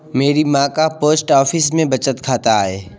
मेरी मां का पोस्ट ऑफिस में बचत खाता है